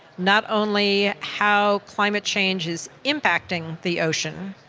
not only how climate change is impacting the ocean,